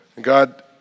God